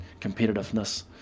competitiveness